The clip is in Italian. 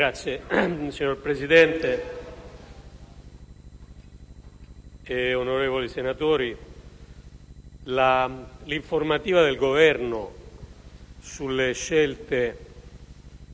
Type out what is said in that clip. Signor Presidente, onorevoli senatori, l'informativa del Governo sulle scelte